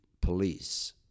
police